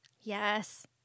Yes